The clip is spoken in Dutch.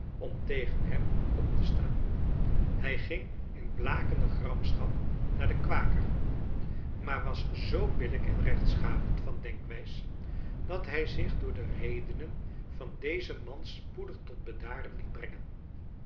om tegen hem op te staan hij ging in blakende gramschap naar den kwaker maar was zoo billijk en rechtschapen van denkwijs dat hij zich door de redenen van dezen man spoedig tot bedaren liet brengen